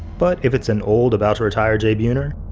but if it's an old about to retire, j buhner,